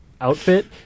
outfit